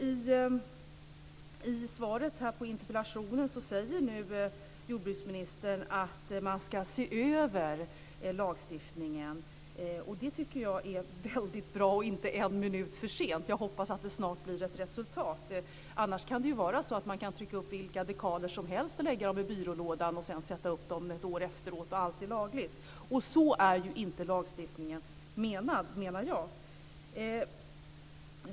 I svaret på interpellationen säger jordbruksministern att man ska se över lagstiftningen. Jag tycker att det är väldigt bra och inte en minut för sent. Jag hoppas att det snart blir ett resultat. Annars kan man ju trycka upp vilka dekaler som helst och lägga dem i byrålådan för att sedan sätta upp dem ett år efteråt - och allt är lagligt. Så är ju inte lagstiftningen tänkt, menar jag.